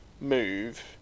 move